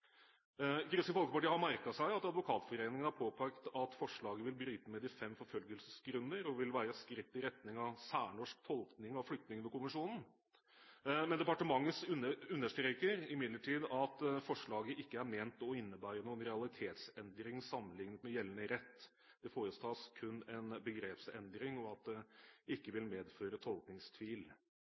Kristelig Folkeparti har merket seg at Advokatforeningen har påpekt at forslaget vil bryte med de fem forfølgelsesgrunner og vil være et skritt i retning av en særnorsk tolkning av Flyktningkonvensjonen, men departementet understreker at forslaget ikke er ment å innebære noen realitetsendring sammenliknet med gjeldende rett. Det foretas kun en begrepsendring, og den vil ikke medføre tolkningstvil.